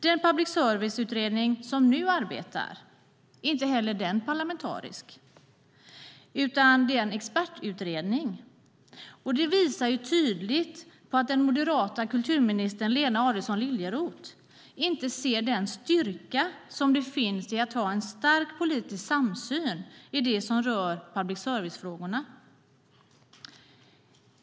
Den public service-utredning som nu arbetar är inte heller parlamentarisk, utan det är en expertutredning. Det visar tydligt att den moderata kulturministern Lena Adelsohn Liljeroth inte ser den styrka som finns i att ha en stark politisk samsyn i det som rör public service-frågorna.